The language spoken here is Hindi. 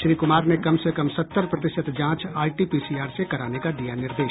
श्री कुमार ने कम से कम सत्तर प्रतिशत जांच आरटीपीसीआर से कराने का दिया निर्देश